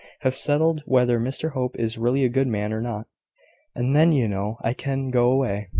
have settled whether mr hope is really a good man or not and then, you know, i can go away,